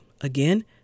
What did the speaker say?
Again